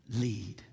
lead